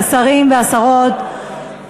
השרים והשרות,